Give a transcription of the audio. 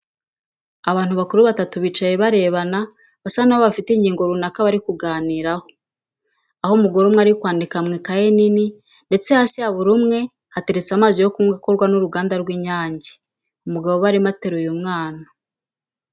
Abantu bakuru batatu bicaye barebana basa n'aho bafite ingingo tunaka bari kuganiraho, aho umugore umwe ari kwandika mu ikayi nini ndetse hasi ya buri umwe hateretse amazi yo kunywa akorwa n'uriganda rw'inyange. Umugabo urarimo ateruye umwana.